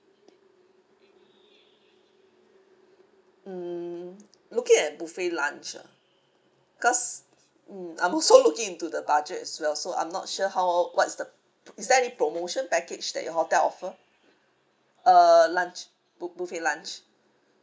mm looking at buffet lunch ah because mm I'm also looking into the budget as well so I'm not sure how what is the is there any promotion package that your hotel offer uh lunch buf~ buffet lunch